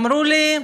אמרו לי: